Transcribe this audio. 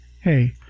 Hey